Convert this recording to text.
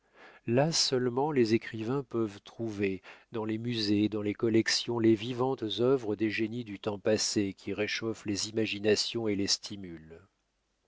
là seulement les écrivains peuvent trouver dans les musées et dans les collections les vivantes œuvres des génies du temps passé qui réchauffent les imaginations et les